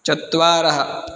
चत्वारः